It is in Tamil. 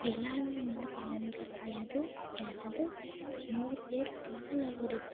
எல்லோருமே உணர்ந்து பாடுவாங்கன்னு சொல்லமுடியாது யாராவது ஒரு நூறு பேர் இருக்காங்கன்னா அதில் ஒரு பத்து பேர்